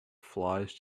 flies